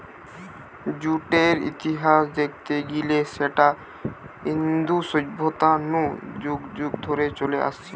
জুটের ইতিহাস দেখতে গিলে সেটা ইন্দু সভ্যতা নু যুগ যুগ ধরে চলে আসছে